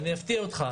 אני אפתיע אותך.